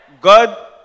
God